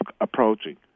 approaching